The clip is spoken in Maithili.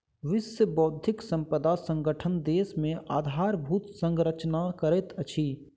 विश्व बौद्धिक संपदा संगठन देश मे आधारभूत संरचना करैत अछि